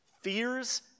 fears